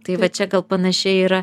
tai va čia gal panašiai yra